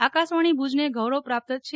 આકાશવાણી ભુજ ને ગૌરવ પ્રાપ્ત છે